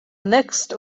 next